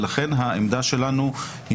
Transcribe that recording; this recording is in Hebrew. ולכן העמדה שלנו,